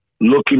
looking